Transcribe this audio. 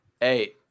Hey